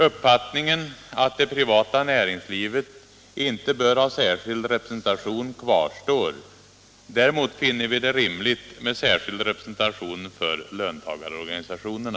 Uppfattningen att det privata näringslivet inte bör ha särskild representation kvarstår. Däremot finner vi det rimligt med särskild representation för löntagarorganisationerna.